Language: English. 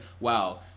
wow